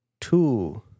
two